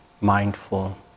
mindful